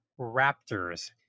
Raptors